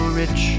rich